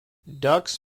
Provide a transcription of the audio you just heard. ducks